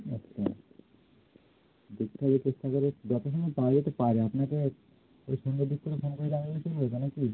আচ্ছা দেখতে হবে চেষ্টা করে যথাসম্ভব পাওয়া যেতে পারে আপনাকে ওই সন্ধের দিক করে ফোন করে জানালেই তো নাকি